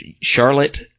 Charlotte